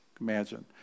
imagine